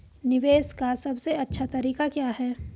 निवेश का सबसे अच्छा तरीका क्या है?